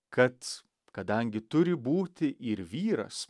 kad kadangi turi būti ir vyras